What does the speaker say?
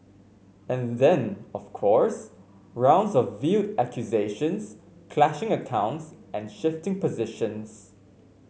and then of course rounds of veiled accusations clashing accounts and shifting positions